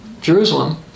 Jerusalem